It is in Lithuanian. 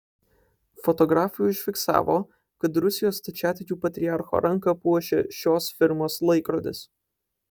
fotografai užfiksavo kad rusijos stačiatikių patriarcho ranką puošia šios firmos laikrodis